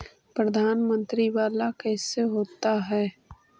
प्रधानमंत्री मंत्री वाला कैसे होता?